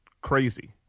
crazy